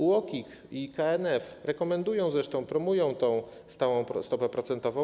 UOKiK i KNF rekomendują zresztą i promują stałą stopę procentową.